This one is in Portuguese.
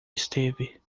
esteve